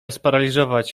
sparaliżować